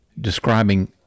describing